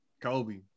Kobe